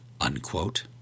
unquote